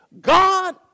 God